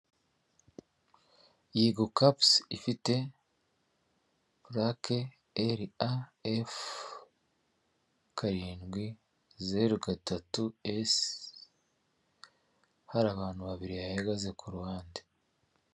Yego kabuzi ifite pulake eri a efu karindwi zeru gatatu esi hari abantu babiri bayihagaze ku ruhande.